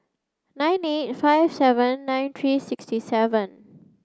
nine eight five seven nine three six seven